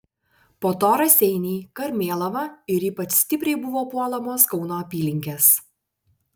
po to raseiniai karmėlava ir ypač stipriai buvo puolamos kauno apylinkės